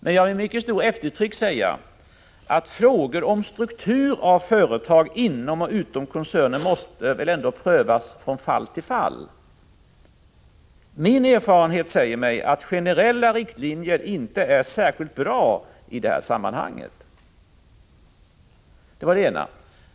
Men jag vill med mycket stort eftertryck säga att frågor om struktur av företag inom och utom koncernen ändå måste prövas från fall till fall. Min erfarenhet säger mig att generella riktlinjer inte är särskilt bra i det sammanhanget.